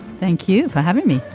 thank you for having me.